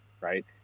right